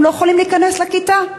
הם לא יכולים להיכנס לכיתה.